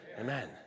Amen